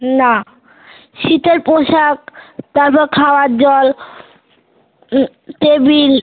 না শীতের পোশাক তারপর খাওয়ার জল টেবিল